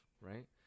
right